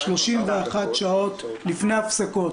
31 שעות לפני הפסקות,